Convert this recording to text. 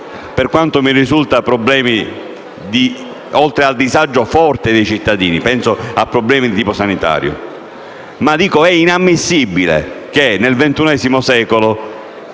per quanto mi risulta, oltre al disagio forte dei cittadini non sono sorti problemi di tipo sanitario, ma è inammissibile che nel ventunesimo